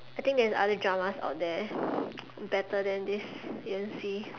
I think there's other dramas out there better than this Yan-Xi